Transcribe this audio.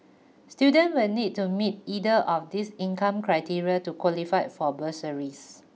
student will need to meet either of these income criteria to qualify for bursaries